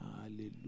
Hallelujah